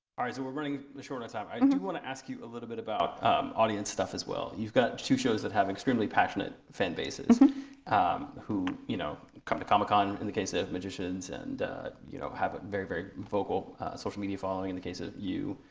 ah we're running short on time. i do want to ask you a little bit about audience stuff as well. you've got two shows that have extremely passionate fan bases who you know come to comic-con in the case of magicians and you know have a very, very vocal social media following in the case of you.